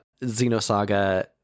Xenosaga